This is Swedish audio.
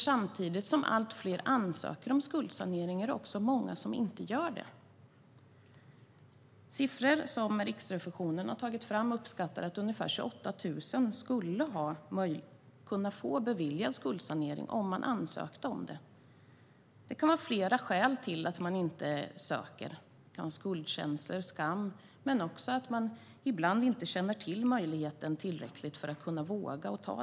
Samtidigt som allt fler ansöker om skuldsanering är det dock många som inte gör det. I de siffror som Riksrevisionen har tagit fram uppskattas att ungefär 28 000 skulle kunna få skuldsanering beviljad om de ansökte om det. Det kan finnas flera skäl till att man inte ansöker, till exempel skuldkänslor och skam - men också att man ibland inte känner till möjligheten tillräckligt för att våga ta steget.